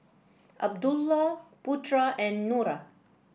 Abdullah Putra and Nura